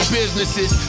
businesses